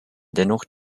dennoch